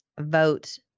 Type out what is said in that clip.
vote